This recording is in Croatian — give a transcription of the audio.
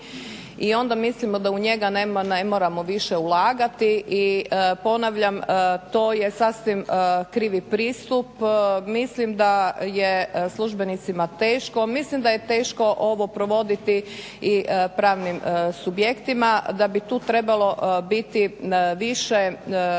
i onda mislimo da u njega ne moramo više ulagati i ponavljam to je sasvim krivi pristup, mislim da je službenicima teško, mislim da je teško ovo provoditi i pravnim subjektima, da bi tu trebalo biti više razmjena i